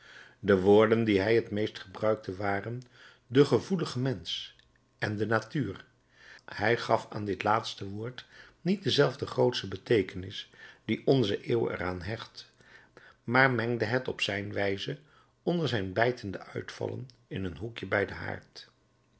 de woorden die hij t meest gebruikte waren de gevoelige mensch en de natuur hij gaf aan dit laatste woord niet dezelfde grootsche beteekenis die onze eeuw er aan hecht maar mengde het op zijn wijze onder zijn bijtende uitvallen in het hoekje van den haard